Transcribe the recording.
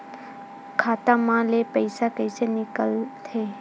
खाता मा ले पईसा कइसे निकल थे?